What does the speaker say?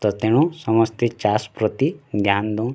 ତ ତେଣୁ ସମସ୍ତେ ଚାଷ୍ ପ୍ରତି ଧ୍ୟାନ୍ ଦଉଁ